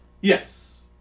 Yes